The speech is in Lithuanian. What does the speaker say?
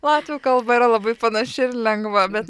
latvių kalba yra labai panaši ir lengva bet